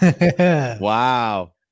Wow